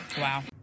Wow